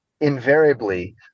Invariably